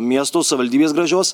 miesto savivaldybės gražios